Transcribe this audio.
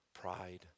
Pride